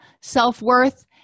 self-worth